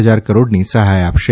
હજાર કરોડની સહાય આપશે